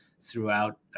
throughout